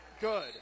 good